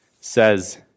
says